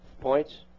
points